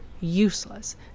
useless